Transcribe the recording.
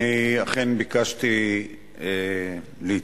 אכן ביקשתי להתייחס,